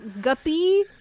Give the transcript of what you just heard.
guppy